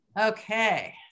okay